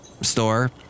store